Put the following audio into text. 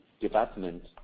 development